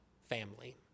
family